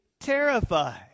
terrified